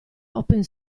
open